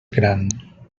gran